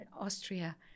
Austria